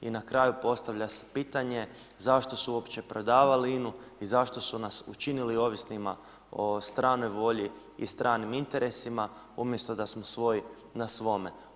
I na kraju postavlja se pitanje zašto su uopće prodavali INA-u i zašto su nas učinili ovisnima o stranoj volji i stranim interesima umjesto da smo svoj na svome.